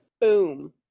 boom